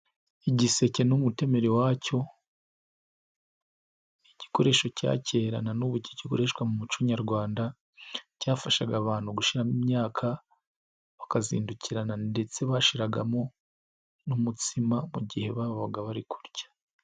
Igiseke ni'umutemera iwacyo igikoresho cya kera nanubu kigikoreshwa mu muco Nyarwanda cyafashaga abantu gushiramo imyaka, bakazindukirana ndetse bashiragamo n'umutsima mu gihe babaga bari kurya.